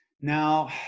Now